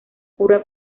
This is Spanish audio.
cura